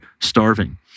starving